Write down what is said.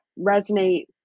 resonate